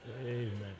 Amen